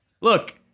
Look